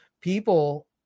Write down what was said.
people